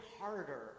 harder